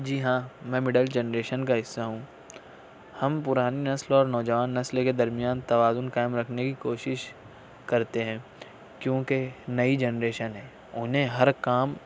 جی ہاں میں middle generation کا حصہ ہوں ہم پرانی نسل اور نوجوان نسل کے درمیان توازن قائم رکھنے کی کوشش کرتے ہیں کیونکہ نئی جنریشن ہے انہیں ہر کام